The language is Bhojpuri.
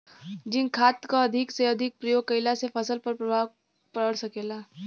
जिंक खाद क अधिक से अधिक प्रयोग कइला से फसल पर का प्रभाव पड़ सकेला?